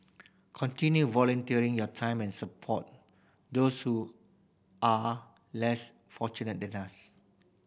continue volunteering your time and support those who are less fortunate than us